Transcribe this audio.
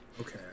Okay